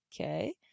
okay